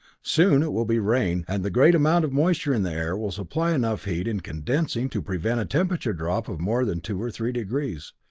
soon it will be rain, and the great amount of moisture in the air will supply enough heat, in condensing, to prevent a temperature drop of more than two or three degrees.